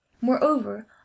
Moreover